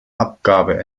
abgabe